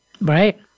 Right